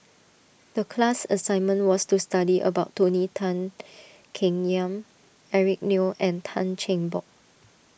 the class assignment was to study about Tony Tan Keng Yam Eric Neo and Tan Cheng Bock